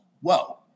whoa